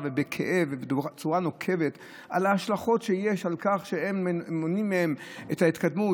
ובכאב ובצורה נוקבת על ההשלכות שיש לכך שמונעים מהן את ההתקדמות,